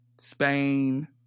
Spain